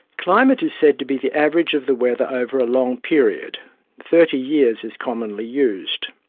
climate is said to be the average of the weather over a long period thirty years is commonly used.